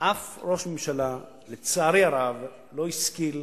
אף ראש ממשלה, לצערי הרב, לא השכיל